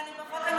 אני לא חברת כנסת.